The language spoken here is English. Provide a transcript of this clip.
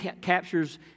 captures